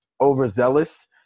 overzealous